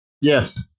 Yes